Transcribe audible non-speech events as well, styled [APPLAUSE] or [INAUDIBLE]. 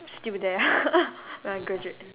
still there [LAUGHS] when I graduate